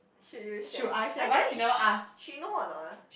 should you share I think she know or not